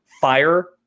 fire